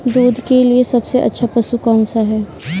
दूध के लिए सबसे अच्छा पशु कौनसा है?